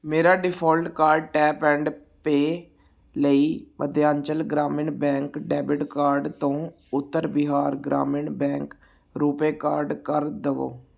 ਮੇਰਾ default card tap and pay ਲਈ Madhyanchal Gramin bank debit card ਤੋਂ ਉੱਤਰ ਬਿਹਾਰ ਗ੍ਰਾਮੀਣ ਬੈਂਕ ਰੁਪੇ ਕਾਰਡ ਕਰ ਦੇਵੋ